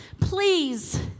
Please